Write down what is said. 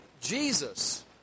Jesus